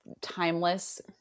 timeless